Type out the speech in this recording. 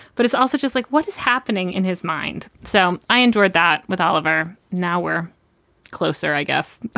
but it's also just like what is happening in his mind. so i endured that with oliver now we're closer, i guess,